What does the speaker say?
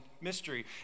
mystery